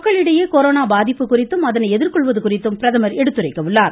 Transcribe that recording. மக்களிடையே கொரோனா பாதிப்பு குறித்தும் அதனை எதிர்கொள்வது குறித்தும் பிரதமர் எடுத்துரைக்க உள்ளார்